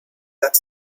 that